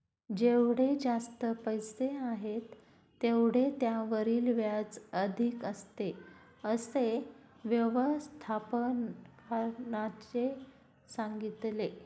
जेवढे जास्त पैसे आहेत, तेवढे त्यावरील व्याज अधिक असते, असे व्यवस्थापकाने सांगितले